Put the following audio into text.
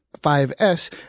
5S